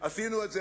עשינו את זה